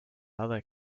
other